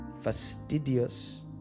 fastidious